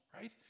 right